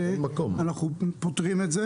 וכאלה איך אנחנו פותרים אותם?